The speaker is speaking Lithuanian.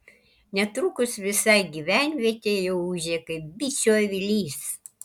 netrukus visa gyvenvietė jau ūžė kaip bičių avilys